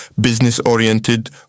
business-oriented